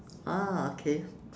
ah okay